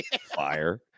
fire